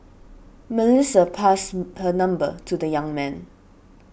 Melissa passed her number to the young man